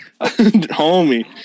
homie